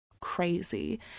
crazy